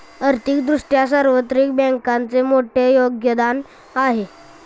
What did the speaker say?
आर्थिक दृष्ट्या सार्वत्रिक बँकांचे मोठे योगदान आहे